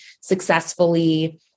successfully